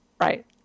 right